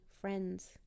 Friends